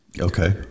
okay